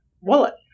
wallet